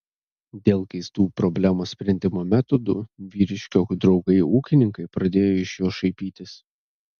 dėl keistų problemos sprendimo metodų vyriškio draugai ūkininkai pradėjo iš jo šaipytis